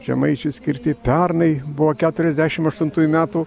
žemaičiui skirti pernai buvo keturiasdešimt aštuntųjų metų